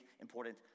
important